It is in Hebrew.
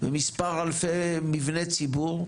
ומספר אלפי מבני ציבור,